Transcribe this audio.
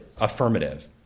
affirmative